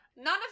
None